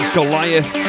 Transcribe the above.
Goliath